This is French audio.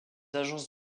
agences